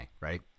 right